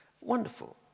Wonderful